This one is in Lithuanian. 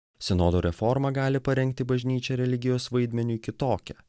sinodo reforma gali parengti bažnyčią religijos vaidmeniui kitokia